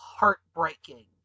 heartbreaking